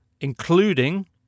including